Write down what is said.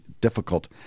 difficult